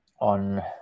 on